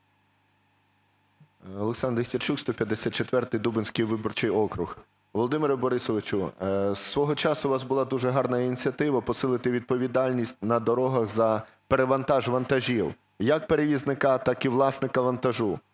ОлександрДехтярчук, 154-й Дубенський виборчий округ. Володимире Борисовичу, свого часу у вас була дуже гарна ініціатива - посилити відповідальність на дорогах за перевантаж вантажів як перевізника, так і власника вантажу.